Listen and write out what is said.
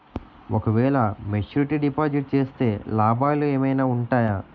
ఓ క వేల maturity deposit చేస్తే లాభాలు ఏమైనా ఉంటాయా?